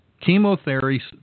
Chemotherapy